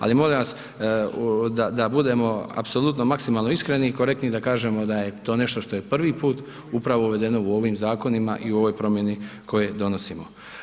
Ali, molim vas, da budemo apsolutno maksimalno iskreni i korektni da kažemo da je to nešto što je prvi put upravo uvedeno u ovim zakonima i ovoj promijeni koje donosimo.